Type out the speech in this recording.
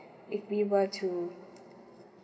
if we were to